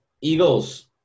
Eagles